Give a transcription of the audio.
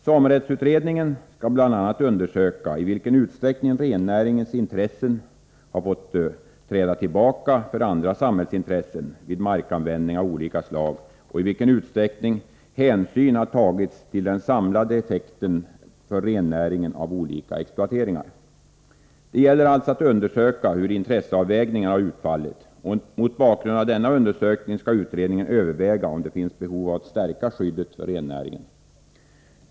Samerättsutredningen skall bl.a. undersöka i vilken utsträckning rennäringens intressen har fått träda tillbaka för andra samhällsintressen vid markanvändning av olika slag och i vilken utsträckning hänsyn har tagits till den samlade effekten på rennäringen av olika exploateringar. Det gäller alltså att undersöka hur intresseavvägningen har utfallit. Mot bakgrund av denna undersökning skall utredningen överväga om det finns behov av att stärka skyddet för rennäringen.